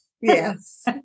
yes